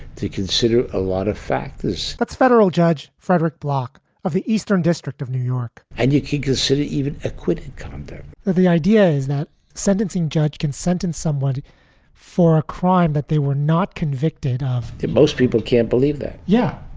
to consider a lot of factors that's federal judge frederick block of the eastern district of new york and you keep his city even acquitted content the idea is that sentencing judge consent and someone for a crime, but they were not convicted of it most people can't believe that. yeah,